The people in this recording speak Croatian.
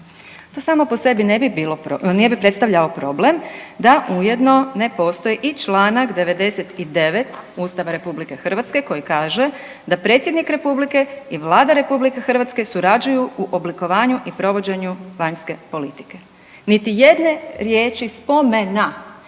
To samo po sebi ne bi bilo, ne bi predstavljalo problem da ujedno ne postoji i Članak 99. Ustava RH koji kaže da predsjednik Republike i Vlada RH surađuju u oblikovanju i provođenju vanjske politike. Niti jedne riječi spomena